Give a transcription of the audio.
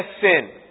sin